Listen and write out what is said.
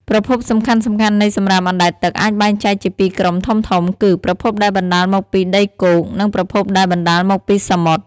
ប្រភពសំខាន់ៗនៃសំរាមអណ្តែតទឹកអាចបែងចែកជាពីរក្រុមធំៗគឺ ប្រភពដែលបណ្តាលមកពីដីគោក និង ប្រភពដែលបណ្តាលមកពីសមុទ្រ។